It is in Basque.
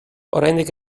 oraindik